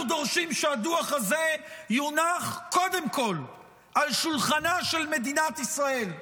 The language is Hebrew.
אנחנו דורשים שהדוח הזה יונח קודם כול על שולחנה של מדינת ישראל,